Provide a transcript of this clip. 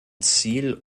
ziel